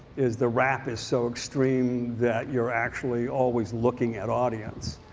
is the wrap is so extreme that you're actually always looking at audience.